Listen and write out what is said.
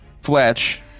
Fletch